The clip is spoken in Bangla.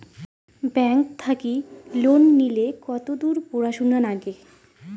ব্যাংক থাকি লোন নিলে কতদূর পড়াশুনা নাগে?